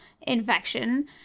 infection